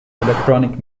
electronic